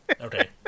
Okay